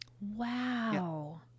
Wow